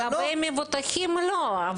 לגבי מבוטחים לא.